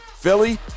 Philly